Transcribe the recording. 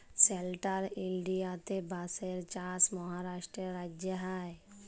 central ইলডিয়াতে বাঁশের চাষ মহারাষ্ট্র রাজ্যে হ্যয়